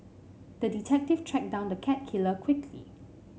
the detective tracked down the cat killer quickly